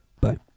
Bye